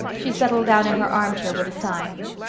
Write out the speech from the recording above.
she settled down in her armchair with a sigh.